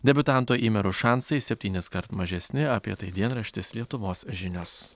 debiutanto į merus šansai septyniskart mažesni apie tai dienraštis lietuvos žinios